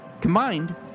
Combined